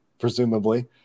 presumably